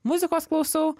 muzikos klausau